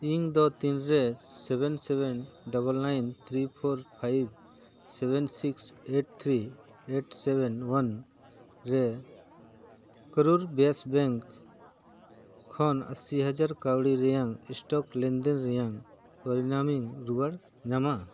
ᱤᱧᱫᱚ ᱛᱤᱱ ᱨᱮ seven seven double nine three four five seven six eight three eight seven one ᱨᱮ ᱠᱟᱹᱨᱩᱲ ᱵᱮᱥ ᱵᱮᱝᱠ ᱠᱷᱚᱱ ᱟᱹᱥᱤ ᱦᱟᱡᱟᱨ ᱠᱟᱹᱣᱰᱤ ᱨᱮᱭᱟᱜ ᱥᱴᱳᱠ ᱞᱮᱱᱫᱮᱱ ᱨᱮᱭᱟᱜ ᱯᱚᱨᱤᱱᱟᱢᱤᱧ ᱨᱩᱣᱟᱹᱲ ᱧᱟᱢᱟ